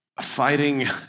Fighting